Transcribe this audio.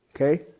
Okay